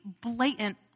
blatant